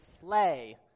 sleigh